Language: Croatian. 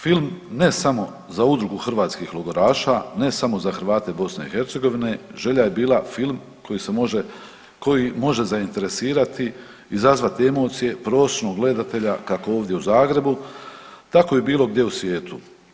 Film ne samo za Udrugu hrvatskih logoraša, ne samo za Hrvate BiH, želja je bila film koji se može, koji može zainteresirati, izazvati emocije prosječnog gledatelja, kako ovdje u Zagrebu, tako i bilo gdje u svijetu.